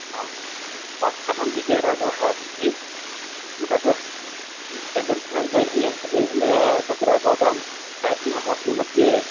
हा अहं विजयराघवः अस्ति गत गतदिनद्वयं यावत् मया तत्र भवतां केश्नो होटेल्मध्ये